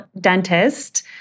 dentist